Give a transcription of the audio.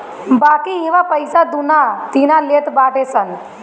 बाकी इहवा पईसा दूना तिना लेट बाटे सन